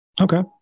okay